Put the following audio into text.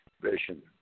Vision